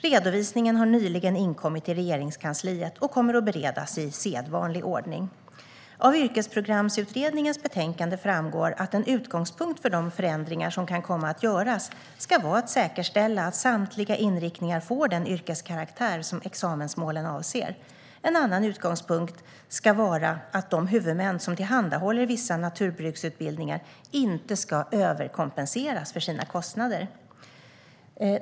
Redovisningen har nyligen inkommit till Regeringskansliet och kommer att beredas i sedvanlig ordning. Av Yrkesprogramsutredningens betänkande framgår att en utgångspunkt för de förändringar som kan komma att göras ska vara att säkerställa att samtliga inriktningar får den yrkeskaraktär som examensmålen avser. En annan utgångspunkt ska vara att de huvudmän som tillhandahåller vissa naturbruksutbildningar inte ska överkompenseras för sina kostnader.